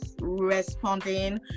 responding